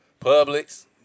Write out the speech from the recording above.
Publix